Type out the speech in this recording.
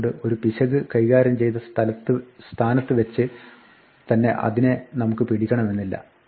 അതുകൊണ്ട് ഒരു പിശക് കൈകാര്യം ചെയ്ത സ്ഥാനത്ത് വെച്ച് തന്നെ അതിനെ നമുക്ക് പിടിക്കണമെന്നില്ല